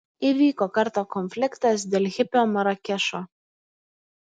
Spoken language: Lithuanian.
įvyko kartą konfliktas dėl hipio marakešo